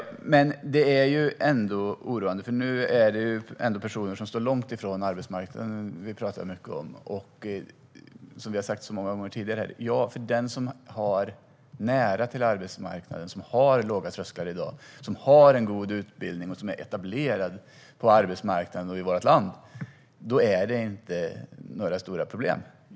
Men det är ändå oroande. Nu pratar vi mycket om personer som står långt från arbetsmarknaden. Som vi har sagt många gånger tidigare är det så här: För den som har nära till arbetsmarknaden, den som har låga trösklar, den som har en god utbildning och den som är etablerad på arbetsmarknaden i vårt land är det i nuläget inte några stora problem.